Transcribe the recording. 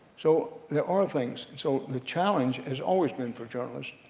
so, there are things, so the challenge has always been for journalists